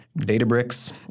Databricks